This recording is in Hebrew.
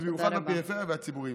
במיוחד בפריפריה והציבוריים.